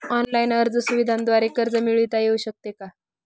Online अर्ज सुविधांद्वारे कर्ज मिळविता येऊ शकते का?